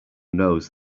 knows